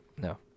No